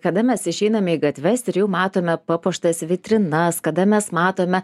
kada mes išeiname į gatves ir jau matome papuoštas vitrinas kada mes matome